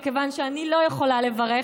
מכיוון שאני לא יכולה לברך,